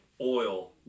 oil